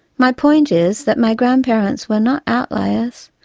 my point is that my grandparents were not outliers,